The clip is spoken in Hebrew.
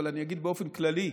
אבל אני אגיד באופן כללי: